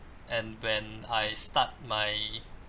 and when I start my